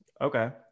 Okay